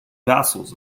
vassals